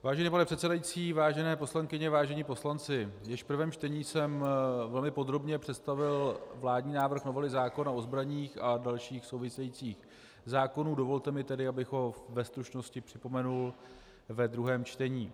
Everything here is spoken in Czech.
Vážený pane předsedající, vážené poslankyně, vážení poslanci, již v prvém čtení jsem velmi podrobně představil vládní návrh novely zákona o zbraních a dalších souvisejících zákonů, dovolte mi tedy, abych ho ve stručnosti připomenul ve druhém čtení.